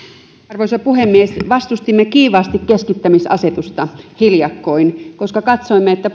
arvoisa puhemies vastustimme kiivaasti keskittämisasetusta hiljakkoin koska katsoimme että